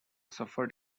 suffered